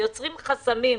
יוצרים חסמים.